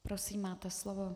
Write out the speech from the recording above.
Prosím, máte slovo.